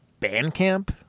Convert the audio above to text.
Bandcamp